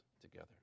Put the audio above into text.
together